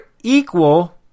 equal